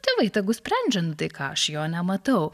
tėvai tegu sprendžia nu tai ką aš jo nematau